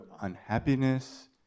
unhappiness